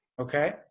okay